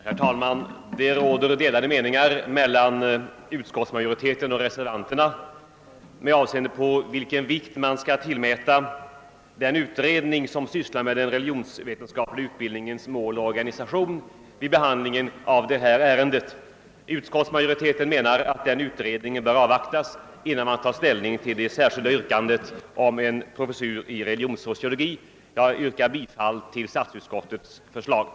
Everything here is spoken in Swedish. Herr talman! Det råder delade meningar mellan utskottsmajoriteten och reservanterna med avseende på den vikt man vid behandlingen av detta ärende bör tillmäta den utredning som sysslar med den religionsvetenskapliga utbildningens mål och organisation. Utskottsmajoriteten menar att resultaten av denna utredning bör avvaktas, innan man tar ställning till det särskilda yrkandet om en professur i religionssociologi. Jag yrkar bifall till statsutskottets hemställan.